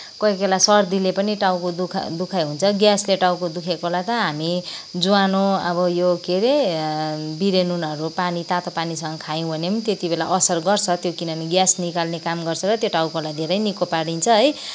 कोही कोहीबेला सर्दीले पनि टाउको दुखाइ दुखाइ हुन्छ ग्यासले टाउको दुखेकोबेला त हामी ज्वानो अब यो के अरे बिरेनुनहरू पानी तातो पानीसँग खायौँ भने पनि त्यतिबेला असर गर्छ त्यो किनभने ग्यास निकाल्ने काम गर्छ र त्यो टाउकोलाई धेरै निको पारिदिन्छ है